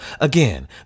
Again